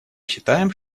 считаем